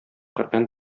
коръән